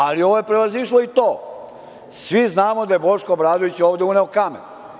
Ali ovo je prevazišlo i to, svi znamo da je Boško „Obradović“ ovde uneo kamen.